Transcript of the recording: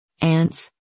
ants